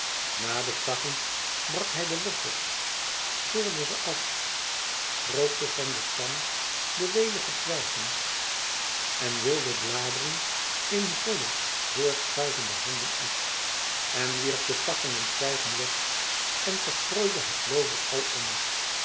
na de takken brak hij de wortels scheurde ze af stroopte van den stam de welige twijgen en wilde bladeren in volle voort schuivende handen af en wierp de takken en twijgen weg en verstrooide het loover